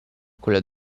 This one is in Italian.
quella